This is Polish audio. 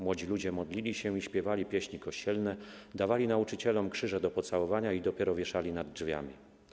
Młodzi ludzie modlili się i śpiewali pieśni kościelne, dawali nauczycielom krzyże do pocałowania i dopiero wieszali nad drzwiami.